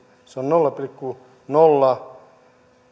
se on nolla pilkku nolla